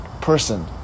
person